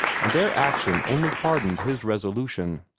and their action only hardened his resolution.